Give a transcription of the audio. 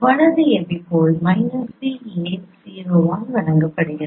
வலது epipole b a 0 ஆல் வழங்கப்படுகிறது